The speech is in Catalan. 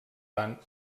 tant